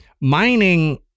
mining